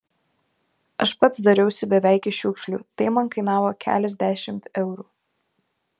aš pats dariausi beveik iš šiukšlių tai man kainavo keliasdešimt eurų